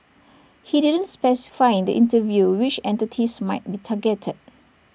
he didn't specify in the interview which entities might be targeted